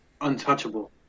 untouchable